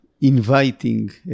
inviting